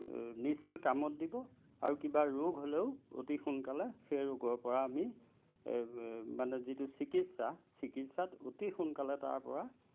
নিশ্চয় কামত দিব আৰু কিবা ৰোগ হ'লেও অতি সোনকালে সেই ৰোগৰ পৰা আমি মানে যিটো চিকিৎসা চিকিৎসাত অতি সোনকালে তাৰ পৰা